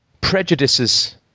prejudices